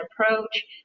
approach